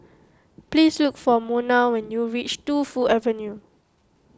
please look for Monna when you reach Tu Fu Avenue